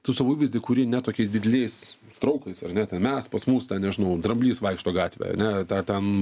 tu savo įvaizdį kuri ne tokiais dideliais srautais ar ne ten mes pas mus ten nežinau dramblys vaikšto gatvėj ane ar ten